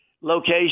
location